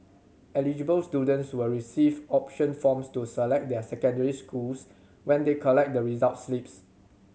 eligible students will receive option forms to select their secondary schools when they collect the results slips